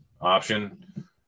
option